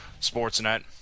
Sportsnet